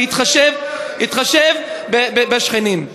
שיתחשב בשכנים.